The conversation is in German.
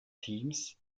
teams